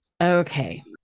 Okay